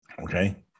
Okay